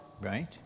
right